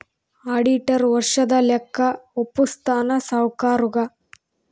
auditor ವರ್ಷದ ಲೆಕ್ಕ ವಪ್ಪುಸ್ತಾನ ಸಾವ್ಕರುಗಾ